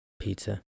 Pizza